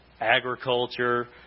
agriculture